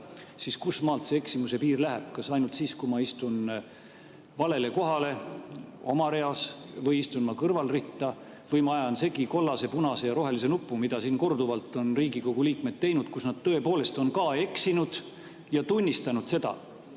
siis kustmaalt see eksimuse piir läheb? Kas ainult siis, kui ma istun valele kohale oma reas või ma istun kõrvalritta või ajan segi kollase, punase ja rohelise nupu, mida on Riigikogu liikmed korduvalt teinud, nad tõepoolest on eksinud ja tunnistanud seda?